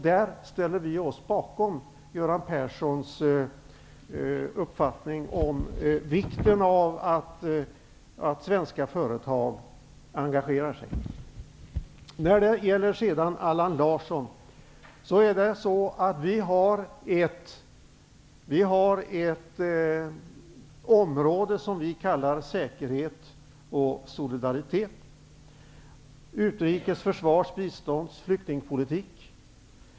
Vi ställer oss bakom Göran Perssons uppfattning om vikten av att svenska företag engagerar sig. Vidare har vi Allan Larsson. Det finns ett område som vi kallar säkerhet och solidaritet. Det rör utrikes-, försvars-, bistånds och flyktingpolitik.